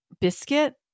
biscuit